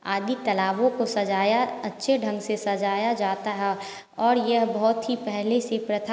आदि तालाबों को सजाया अच्छे ढंग से सजाया जाता है और यह बहुत ही पहले से प्रथा